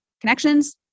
connections